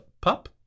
pup